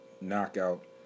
knockout